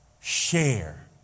share